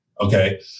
Okay